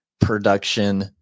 production